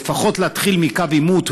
לפחות להתחיל מקו עימות,